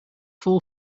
full